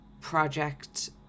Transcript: project